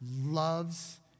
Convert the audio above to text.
loves